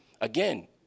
again